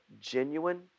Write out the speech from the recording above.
genuine